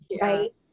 right